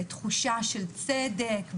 בתחושה של צדק,